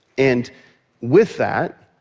and with that,